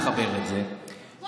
יכולים לעשות מה שאתם רוצים במדינה וזה